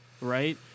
right